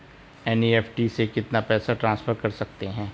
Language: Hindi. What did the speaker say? एन.ई.एफ.टी से कितना पैसा ट्रांसफर कर सकते हैं?